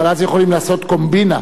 אבל אז יכולים לעשות קומבינה.